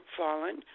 fallen